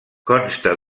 consta